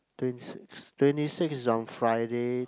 twenty six twenty six is on Friday